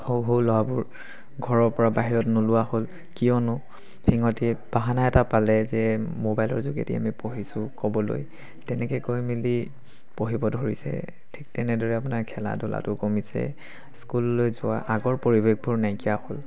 সৰু সৰু ল'ৰাবোৰ ঘৰৰ পৰা বাহিৰত নোলোৱা হ'ল কিয়নো সিহঁতি বাহানা এটা পালে যে মোবাইলৰ যোগেদি আমি পঢ়িছোঁ ক'বলৈ তেনেকৈ কৈ মেলি পঢ়িব ধৰিছে ঠিক তেনেদৰে আপোনাৰ খেলা ধূলাটো কমিছে স্কুললৈ যোৱা আগৰ পৰিৱেশবোৰ নাইকিয়া হ'ল